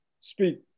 speak